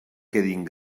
quedin